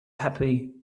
happy